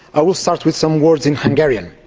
i will start with some words in hungarian.